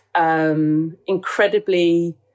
incredibly